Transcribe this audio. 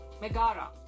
Megara